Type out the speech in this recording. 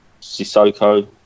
Sissoko